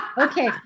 okay